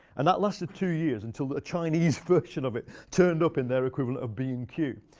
and that lasted two years until a chinese version of it turned up in their equivalent of being cute.